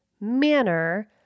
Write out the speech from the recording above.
manner